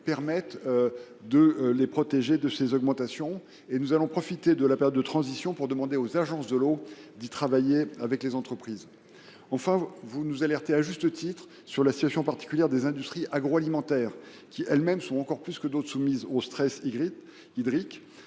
permettra de les protéger de ces augmentations, et nous profiterons de la période de transition pour demander aux agences de l’eau d’étudier cette question avec elles. Enfin, vous nous alertez légitimement sur la situation particulière des industries agroalimentaires, qui sont encore plus que d’autres soumises au stress hydrique.